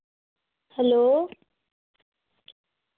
hello